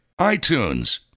iTunes